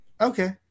Okay